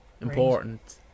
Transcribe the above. important